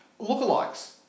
lookalikes